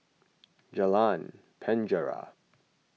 Jalan Penjara